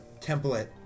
template